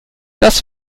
das